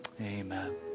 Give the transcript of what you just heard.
amen